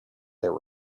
there